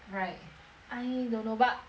I don't know but I st~